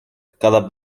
cada